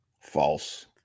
False